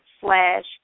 slash